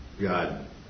God